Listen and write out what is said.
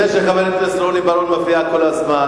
לזה שחבר הכנסת רוני בר-און מפריע כל הזמן,